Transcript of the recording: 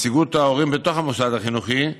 נציגות ההורים בתוך המוסד החינוכי,